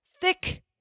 thick